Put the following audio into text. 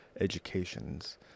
educations